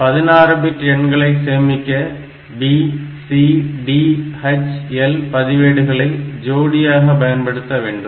16 bit எண்களை சேமிக்க B C D H L பதிவேடுகளை ஜோடியாக பயன்படுத்த வேண்டும்